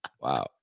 wow